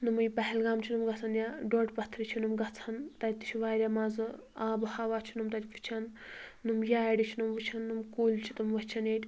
نۄم یہِ پہلگام چھِ نۄم گژھان یا ڈوٚڑ پتھرِ چھِ نۄم گژھان تتہِ تہِ چھُ واریاہ مزٕ آبہٕ ہوا چھِ نۄم تتہِ وُچھان نۄم یارِ چھِ نۄم وُچھان نۄم کُلۍ چھِ تمِ وُچھان ییٚتہِ